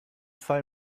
fall